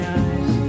eyes